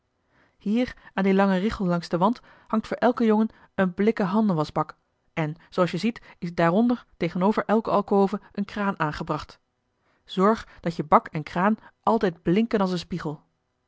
hier aan die lange richel langs den wand hangt voor elken jongen een blikken handenwaschbak en zooals je ziet is daaronder tegenover elke alcove een kraan aangebracht zorg dat je bak en kraan altijd blinken als een spiegel